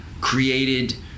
created